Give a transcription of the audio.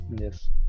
yes